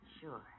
Sure